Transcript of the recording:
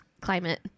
climate